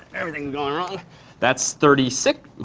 everything's going wrong that's thirty six.